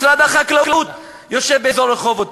משרד החקלאות יושב באזור רחובות,